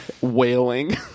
Wailing